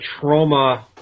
trauma